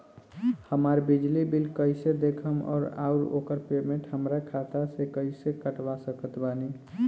हमार बिजली बिल कईसे देखेमऔर आउर ओकर पेमेंट हमरा खाता से कईसे कटवा सकत बानी?